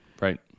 right